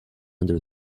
under